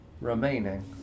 remaining